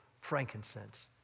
frankincense